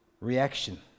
reaction